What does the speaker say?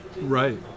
Right